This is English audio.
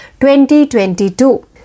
2022